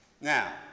Now